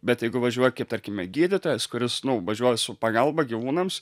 bet jeigu važiuoji kaip tarkime gydytojas kuris nu važiuoja su pagalba gyvūnams